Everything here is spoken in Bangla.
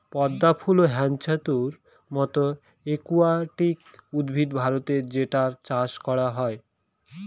পদ্ম ফুল হ্যাছান্থর মতো একুয়াটিক উদ্ভিদ ভারতে যেটার চাষ করা হয়